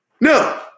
No